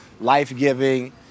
life-giving